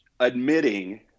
Admitting